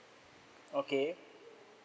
okay